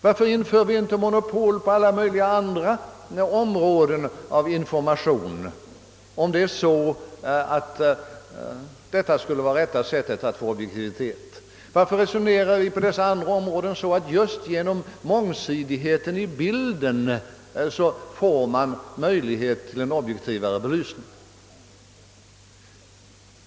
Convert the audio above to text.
Varför inför vi inte monopol på alla möjliga andra områden där det ges information, om det är så att detta skulle vara rätta sättet att åstadkomma objektivitet? Varför resonerar vi när det gäller dessa andra områden så att det är just genom mångsidigheten i bilden som man åstadkommer en objektivare upplysning?